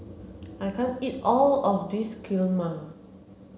I can't eat all of this Kheema